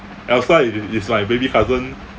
elsa i~ i~ is like baby cousin